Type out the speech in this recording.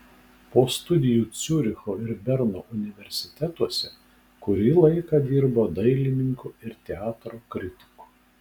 po studijų ciuricho ir berno universitetuose kurį laiką dirbo dailininku ir teatro kritiku